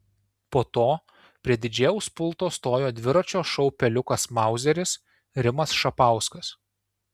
po to prie didžėjaus pulto stojo dviračio šou peliukas mauzeris rimas šapauskas